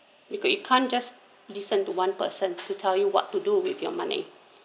you could you can't just listen to one person to tell you what to do with your money